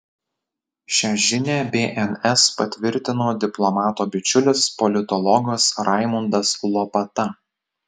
šią žinią bns patvirtino diplomato bičiulis politologas raimundas lopata